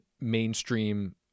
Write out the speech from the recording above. mainstream